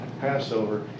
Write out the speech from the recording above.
passover